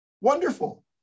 Wonderful